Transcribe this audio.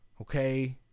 Okay